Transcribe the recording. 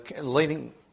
leading